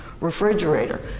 refrigerator